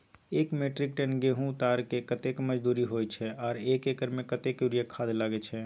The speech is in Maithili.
एक मेट्रिक टन गेहूं उतारेके कतेक मजदूरी होय छै आर एक एकर में कतेक यूरिया खाद लागे छै?